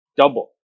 double